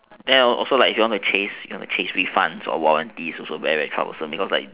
then also like you want to chase you want to chase refunds or warranties also very difficult because like